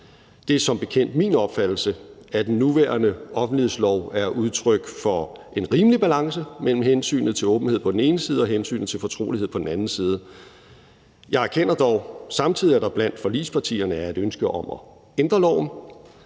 Det er som bekendt min opfattelse, at den nuværende offentlighedslov er udtryk for en rimelig balance mellem hensynet til åbenhed på den ene side og hensynet til fortrolighed på den anden side. Jeg erkender dog samtidig, at der blandt forligspartierne er et ønske om at ændre loven.